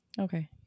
Okay